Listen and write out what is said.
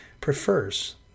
prefers